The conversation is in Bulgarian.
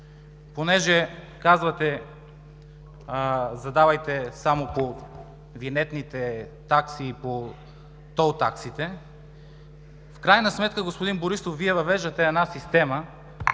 Понеже казвате: задавайте въпроси само по винетните такси и по тол таксите в крайна сметка, господин Борисов, Вие въвеждате една система,